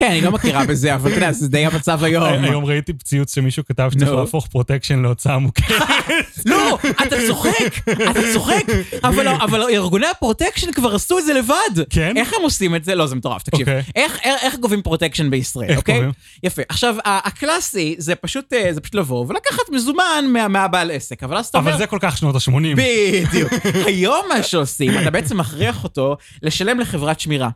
כן, היא לא מכירה בזה, אבל אתה יודע, זה די המצב היום. היום ראיתי ציוץ שמישהו כתב שצריך להפוך פרוטקשן להוצאה מוכרת. לא, אתה צוחק, אתה צוחק. אבל ארגוני הפרוטקשן כבר עשו את זה לבד. כן? איך הם עושים את זה? לא, זה מטורף, תקשיב. איך גובים פרוטקשן בישראל, אוקיי? איך גובים? יפה. עכשיו, הקלאסי זה פשוט לבוא ולקחת מזומן מבעל העסק, אבל אז אתה... אבל זה כל כך שנות ה-80. בדיוק, היום מה שעושים, אתה בעצם מכריח אותו לשלם לחברת שמירה.